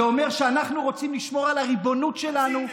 זה אומר שאנחנו רוצים לשמור על הריבונות שלנו.